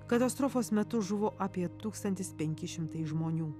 katastrofos metu žuvo apie tūkstantis penki šimtai žmonių